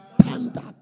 standard